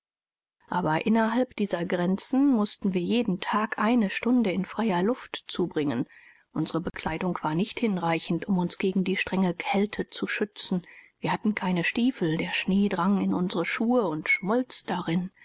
aber innerhalb dieser grenzen mußten wir jeden tag eine stunde in freier luft zubringen unsere bekleidung war nicht hinreichend um uns gegen die strenge kälte zu schützen wir hatten keine stiefel der schnee drang in unsere schuhe und schmolz darin